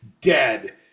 dead